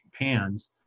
pans